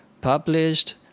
published